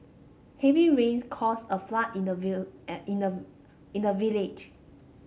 heavy rains caused a flood in the in the in the village